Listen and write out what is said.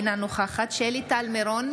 אינה נוכחת שלי טל מירון,